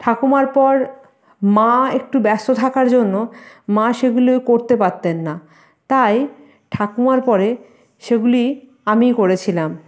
ঠাকুমার পর মা একটু ব্যস্ত থাকার জন্য মা সেগুলো করতে পারতেন না তাই ঠাকুমার পরে সেগুলি আমিই করেছিলাম